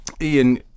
Ian